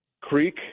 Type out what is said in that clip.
Creek